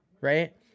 right